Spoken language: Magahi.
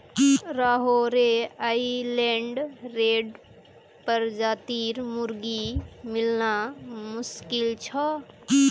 रहोड़े आइलैंड रेड प्रजातिर मुर्गी मिलना मुश्किल छ